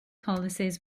policies